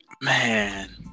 man